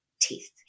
teeth